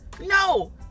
No